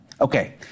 Okay